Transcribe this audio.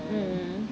mm mm